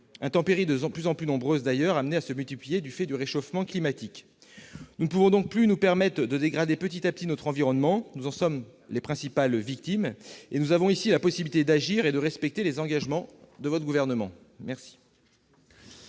intempéries, qui seront d'ailleurs amenées à se multiplier du fait du réchauffement climatique. Nous ne pouvons plus nous permettre de dégrader petit à petit notre environnement. Nous en sommes les principales victimes. Mes chers collègues, nous avons ici la possibilité d'agir et de respecter les engagements du Gouvernement.